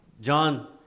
John